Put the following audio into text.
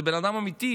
זה בן אדם אמיתי,